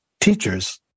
teachers